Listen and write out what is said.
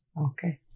Okay